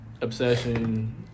Obsession